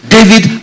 David